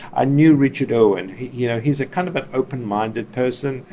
i knew richard irwin. you know, he's a kind of an open-minded person.